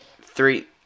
Three